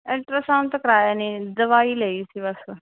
ultrasound ਤਾਂ ਕਰਵਾਇਆ ਨਹੀਂ ਦਵਾਈ ਲਈ ਸੀ ਬਸ